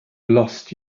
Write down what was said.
lost